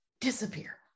disappear